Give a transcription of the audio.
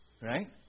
Right